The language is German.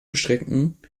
beschränken